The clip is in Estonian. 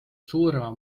suurema